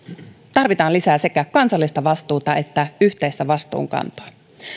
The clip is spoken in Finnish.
tarvitaan lisää sekä kansallista vastuuta että yhteistä vastuunkantoa